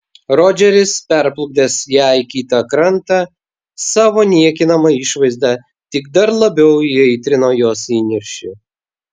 rodžeris perplukdęs ją į kitą krantą savo niekinama išvaizda tik dar labiau įaitrino jos įniršį